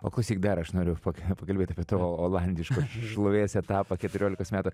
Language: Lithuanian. o klausyk dar aš noriu pa pakalbėti apie tą olandiškos šlovės etapą keturiolikos metų